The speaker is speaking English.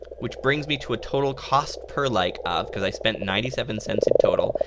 which brings me to a total cost per like of, because i spent ninety seven cents in total,